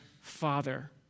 Father